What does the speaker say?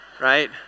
right